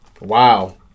Wow